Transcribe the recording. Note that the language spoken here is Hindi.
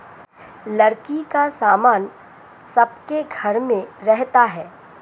लकड़ी का सामान सबके घर में रहता है